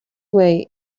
way